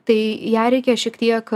tai ją reikia šiek tiek